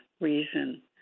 reason